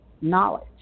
knowledge